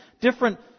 different